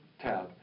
tab